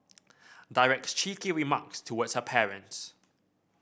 directs cheeky remarks towards her parents